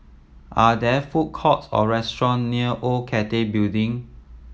are there food courts or restaurant near Old Cathay Building